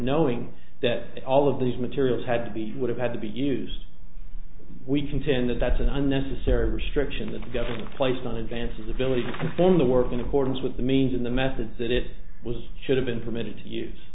knowing that all of these materials had to be would have had to be used we contend that that's an unnecessary restriction that the government placed on advances ability to perform the work in accordance with the means in the method that it was should have been permitted to use